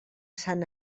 sant